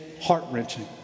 heart-wrenching